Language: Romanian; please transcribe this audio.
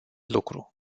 lucru